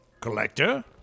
Collector